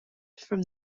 from